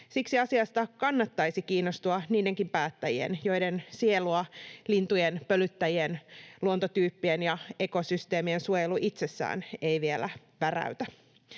Siksi asiasta kannattaisi kiinnostua niidenkin päättäjien, joiden sielua lintujen, pölyttäjien, luontotyyppien ja ekosysteemien suojelu itsessään ei vielä päräytä.